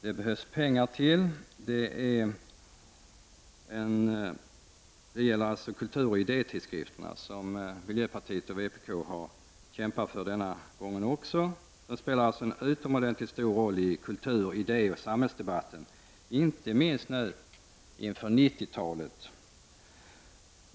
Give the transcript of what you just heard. Det behövs även pengar till kulturoch idétidskrifter, som vpk och miljöpartiet har kämpat för även detta år. De spelar en utomordentligt stor roll i kultur-, idé och samhällsdebatter, inte minst inför 90-talet.